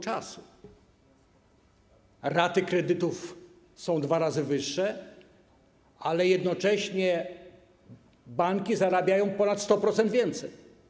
Raty kredytów są dwa razy wyższe, ale jednocześnie banki zarabiają ponad 100% więcej.